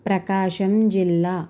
ప్రకాశం జిల్లా